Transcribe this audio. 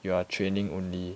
you are training only